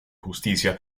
justicia